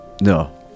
no